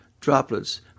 droplets